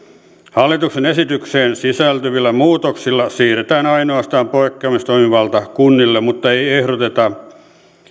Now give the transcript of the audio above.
hallituksen esitykseen sisältyvillä muutoksilla siirretään ainoastaan poikkeamistoimivalta kunnille mutta ei ehdoteta